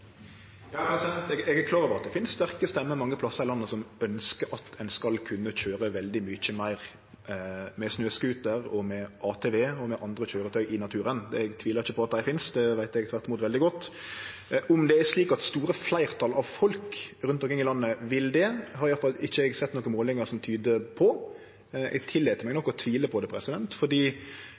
Eg er klar over at det finst sterke stemmer mange plassar i landet som ønskjer at ein skal kunne køyre veldig mykje meir med snøscooter, med ATV og med andre køyretøy i naturen. Eg tvilar ikkje på at dei finst. Det veit eg tvert imot veldig godt. Om det er slik at store fleirtal av folk rundt omkring i landet vil det, har i alle fall ikkje eg sett nokon målingar som tyder på. Eg tillèt meg nok å tvile på det,